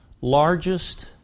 largest